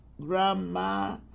grandma